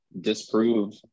disprove